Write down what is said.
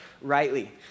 rightly